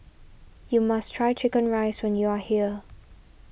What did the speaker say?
you must try Chicken Rice when you are here